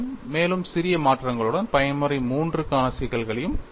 மேலும் சிறிய மாற்றங்களுடன் பயன்முறை III சிக்கல்களையும் தீர்க்க முடியும்